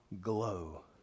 glow